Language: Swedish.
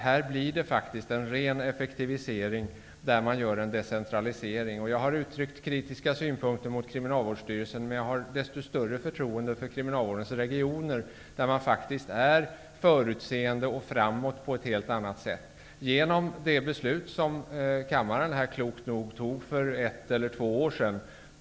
Här blir det faktiskt en ren effektivisering när man gör en decentralisering. Jag har uttryckt kritiska synpunkter mot Kriminalvårdsstyrelsen, men jag har desto större förtroende för kriminalvårdens regioner. Där är man faktiskt förutseende och framåt på ett helt annat sätt genom det beslut som kammaren klokt nog fattade för ett eller två år sedan.